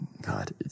God